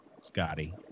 Scotty